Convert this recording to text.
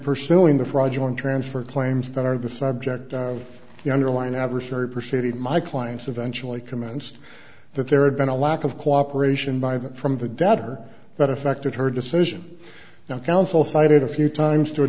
pursuing the fraudulent transfer claims that are the subject of the underlying adversary persuaded my clients eventually commenced that there had been a lack of cooperation by them from the debtor that affected her decision now counsel cited a few times to a